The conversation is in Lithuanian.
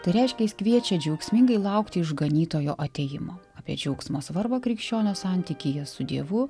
tai reiškia jis kviečia džiaugsmingai laukti išganytojo atėjimo apie džiaugsmo svarbą krikščionio santykyje su dievu